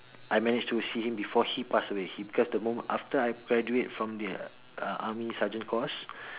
I managed to see him before he pass away he cause the moment after I graduate from the uh army sergeant course